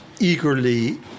eagerly